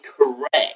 correct